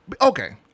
Okay